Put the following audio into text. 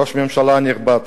ראש הממשלה הנכבד,